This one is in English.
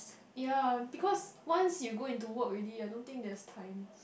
ya because once you go into work already I don't think there's time